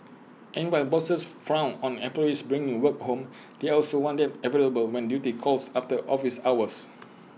and while bosses frown on employees bringing the work home they also want them available when duty calls after office hours